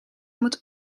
moet